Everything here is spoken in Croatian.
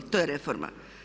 To je reforma.